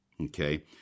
Okay